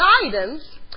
guidance